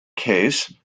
case